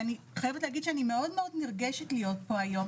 אני חייבת להגיד שאני מאוד נרגשת להיות פה היום,